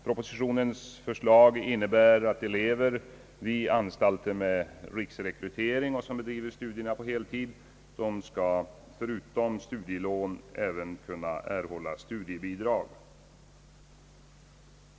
Propositionens förslag innebär att elever vid anstalter med riksrekrytering som bedriver studierna på heltid förutom studielån även skall kunna erhålla studiebidrag.